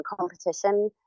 competition